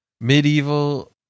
medieval